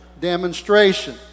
demonstration